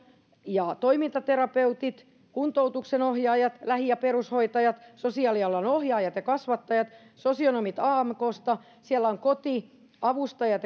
ja toimintaterapeutit kuntoutuksen ohjaajat lähi ja perushoitajat sosiaalialan ohjaajat ja kasvattajat sosionomit amksta siellä on kotiavustajat